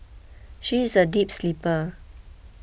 she is a deep sleeper